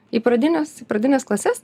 į pradines į pradines klases